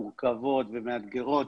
מורכבות ומאתגרות,